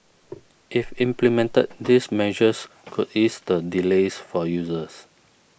if implemented these measures could ease the delays for users